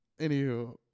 Anywho